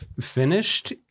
finished